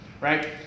Right